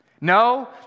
No